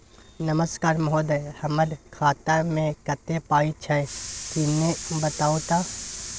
नमस्कार महोदय, हमर खाता मे कत्ते पाई छै किन्ने बताऊ त?